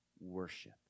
worship